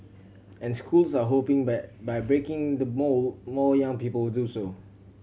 and schools are hoping that by breaking the mould more young people do so